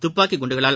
துப்பாக்கி குண்டுகளால்